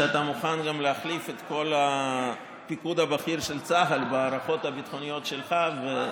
שאתה מוכן גם להחליף את כל הפיקוד הבכיר של צה"ל בהערכות הצבאיות שלך.